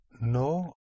No